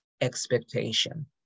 expectation